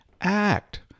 act